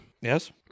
Yes